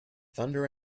thunder